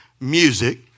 music